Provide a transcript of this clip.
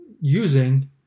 using